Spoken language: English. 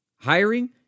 Hiring